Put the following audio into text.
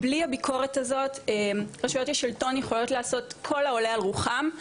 בלי הביקורת הזאת רשויות השלטון יכולות לעשות כל העולה על רוחן,